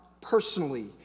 personally